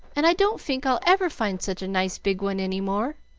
and i don't fink i'll ever find such a nice big one any more.